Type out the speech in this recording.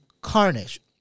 Carnage